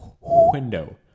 window